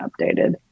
updated